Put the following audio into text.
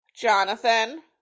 Jonathan